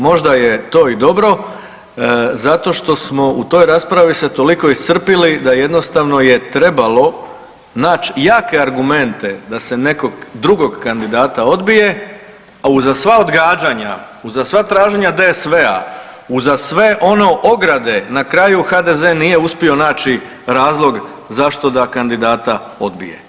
Možda je to i dobro, zato što smo u toj raspravi se toliko iscrpili da jednostavno je trebalo naći jake argumente da se nekog drugog kandidata odbije, a uza sva odgađanja, uza sva traženja DSV-a, uza sve ono ograde, na kraju HDZ nije uspio naći razlog zašto da kandidata odbije.